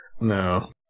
No